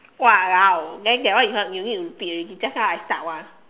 !walao! then that one is what you need to repeat already just now I start [one]